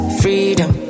freedom